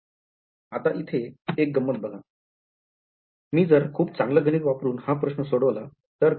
आता इथे एक गम्मत बघा मी जर खूप चांगलं गणित वापरून हा प्रश्न सोडवला तर काय